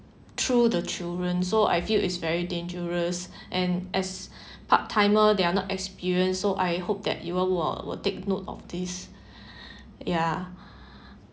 through the children so I feel is very dangerous and as part-timer they are not experienced so I hope that you all will will take note of this ya